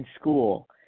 school